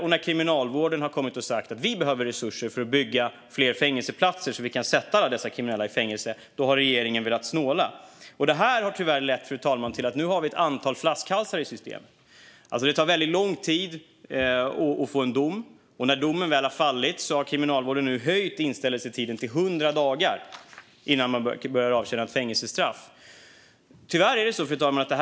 Och när Kriminalvården har sagt att de behöver resurser för att bygga fler fängelseplatser så att alla kriminella kan sättas i fängelse har regeringen velat snåla. Detta, fru talman, har tyvärr lett till att vi nu har ett antal flaskhalsar i systemet. Det tar väldigt lång tid att få en dom, och Kriminalvården har nu höjt inställelsetiden innan man börjar avtjäna sitt fängelsestraff till 100 dagar, när domen väl har fallit.